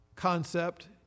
Concept